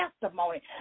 testimony